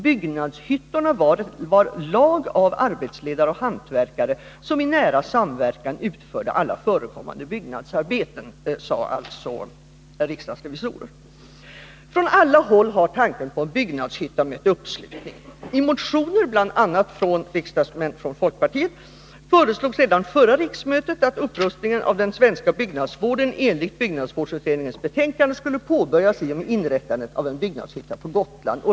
Byggnadshyttorna var lag av arbetsledare och hantverkare, som i nära samverkan utförde 83 Från alla håll har tanken på en byggnadshytta mött uppslutning. I motioner, bl.a. från folkpartiriksdagsmän, föreslogs redan vid förra riksmötet att upprustningen av den svenska byggnadsvården enligt byggnadsvårdsutredningens betänkande skulle påbörjas i och med inrättandet av en byggnådshytta på Gotland.